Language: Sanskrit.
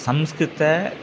संस्कृतम्